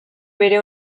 bere